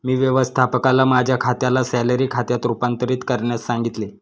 मी व्यवस्थापकाला माझ्या खात्याला सॅलरी खात्यात रूपांतरित करण्यास सांगितले